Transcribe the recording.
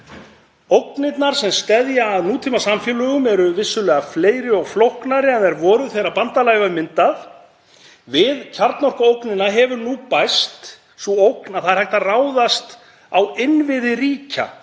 Ógnirnar sem steðja að nútímasamfélögum eru vissulega fleiri og flóknari en þær voru þegar bandalagið var myndað. Við kjarnorkuógnina hefur nú bæst sú ógn að það er hægt að ráðast á innviði ríkja,